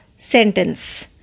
sentence